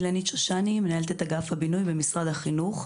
מנהלת אגף הבינוי במשרד החינוך.